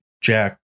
jack